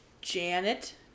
Janet